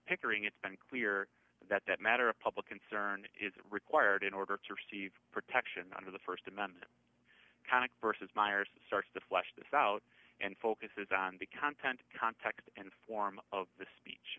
pickering it's been clear that that matter of public concern is required in order to receive protection under the st amendment kind of versus miers starts to flesh this out and focuses on the content context and form of the speech